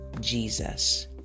Jesus